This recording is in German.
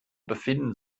befinden